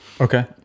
okay